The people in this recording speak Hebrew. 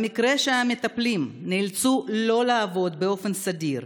במקרה שהמטפלים נאלצים שלא לעבוד באופן סדיר,